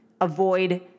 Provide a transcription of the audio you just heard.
avoid